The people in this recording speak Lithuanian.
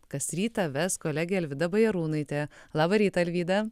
kas rytą ves kolegė alvyda bajarūnaitė labą rytą alvyda